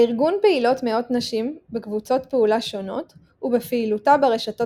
בארגון פעילות מאות נשים בקבוצות פעולה שונות ובפעילותה ברשתות